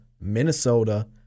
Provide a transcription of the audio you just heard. Minnesota